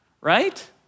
right